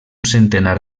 centenar